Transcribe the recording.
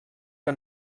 que